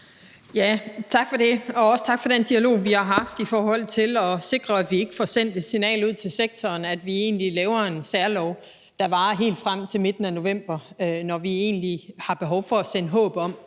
Tak for det. Også tak for den dialog, vi har haft, i forhold til at sikre, at vi ikke får sendt et signal ud til sektoren om, at vi egentlig laver en særlov, der varer helt frem til midten af november, når vi har behov for at sende håb om,